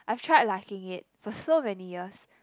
I've tried liking it for so many years